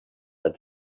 that